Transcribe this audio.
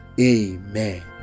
Amen